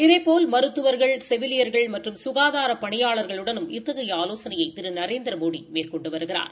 இதேபோல் மருத்துவர்கள் செவிலியாக்ள் மற்றும் சுகாதார பணியாளர்களுடனும் இத்தகைய ஆலோசனையை திரு நரேந்திரமோடி மேற்கொண்டு வருகிறார்